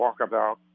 walkabout